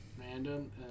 Random